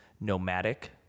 nomadic